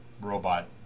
robot